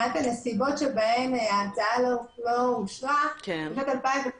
מבחינת הנסיבות שבהן ההצעה לא אושרה בשנת 2015